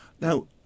Now